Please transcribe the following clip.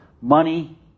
Money